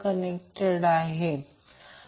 तर हे फेज व्होल्टेजचे rms मूल्य आहे